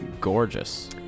gorgeous